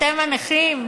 אתם הנכים,